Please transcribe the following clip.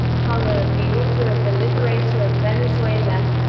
collar of the order of the liberator of venezuela